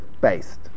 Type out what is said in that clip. based